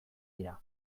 dira